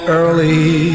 early